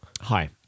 Hi